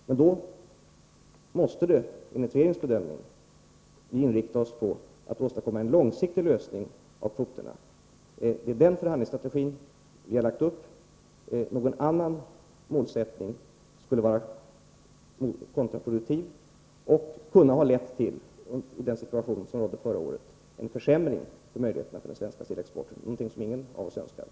Men då måste vi, enligt regeringens bedömning, inrikta oss på en långsiktig lösning i fråga om kvoterna. Det är den förhandlingsstrategin vi har valt. En annan målsättning skulle vara kontraproduktiv och skulle, med tanke på den situation som rådde förra året, ha kunnat leda till en försämring när det gäller möjligheterna för den svenska sillexporten. Ingen av oss önskar väl något sådant.